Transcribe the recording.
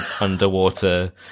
underwater